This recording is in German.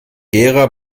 gera